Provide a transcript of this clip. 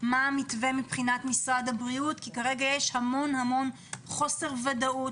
המתווה מבחינת משרד הבריאות כי כרגע יש המון חוסר ודאות,